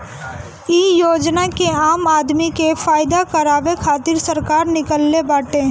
इ योजना के आम आदमी के फायदा करावे खातिर सरकार निकलले बाटे